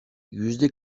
yüzde